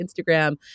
Instagram